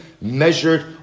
measured